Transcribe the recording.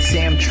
Sam